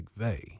McVeigh